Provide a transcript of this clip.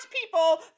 people